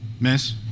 Miss